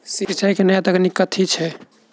सिंचाई केँ नया तकनीक कथी छै?